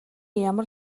ямар